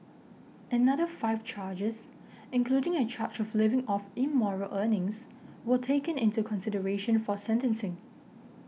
another five charges including a charge of living off immoral earnings were taken into consideration for sentencing